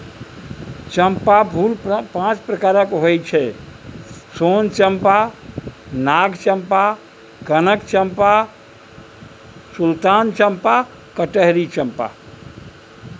चंपाक फूल पांच प्रकारक होइ छै सोन चंपा, नाग चंपा, कनक चंपा, सुल्तान चंपा, कटहरी चंपा